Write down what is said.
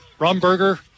Rumberger